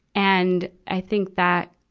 and, i think that,